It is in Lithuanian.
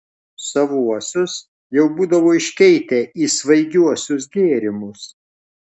savuosius jau būdavo iškeitę į svaigiuosius gėrimus